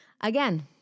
again